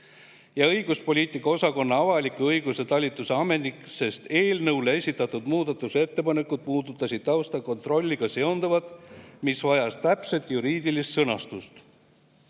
ja õiguspoliitika osakonna avaliku õiguse talituse ametnik, sest eelnõu kohta esitatud muudatusettepanekud puudutasid taustakontrolliga seonduvat, mis vajab täpset juriidilist sõnastust.